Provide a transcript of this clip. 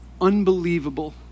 unbelievable